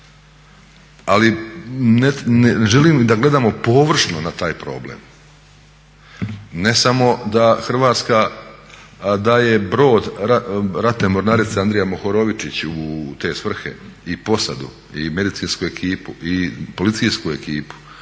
ne želim da gledamo površno na taj problem. Ne samo da Hrvatska daje brod ratne mornarice "Andrija Mohorovičić" u te svrhe i posadu i medicinsku ekipu i policijsku ekipu